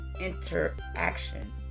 interaction